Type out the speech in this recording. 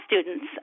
students